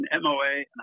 MOA